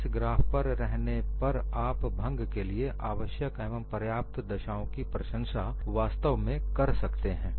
इस ग्राफ पर रहने पर आप भंग के लिए आवश्यक एवं पर्याप्त दशाओं की प्रशंसा वास्तव में कर सकते हैं